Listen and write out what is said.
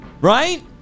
Right